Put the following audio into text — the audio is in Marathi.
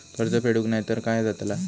कर्ज फेडूक नाय तर काय जाताला?